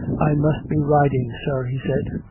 i must be riding, sir, he said.